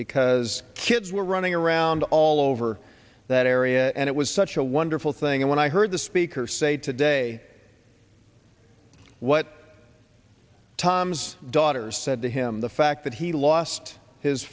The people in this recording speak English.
because kids were running around all over that area and it was such a wonderful thing and when i heard the speaker say today what tom's daughters said to him the fact that he lost his